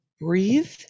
breathe